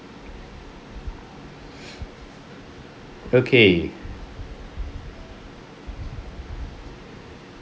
okay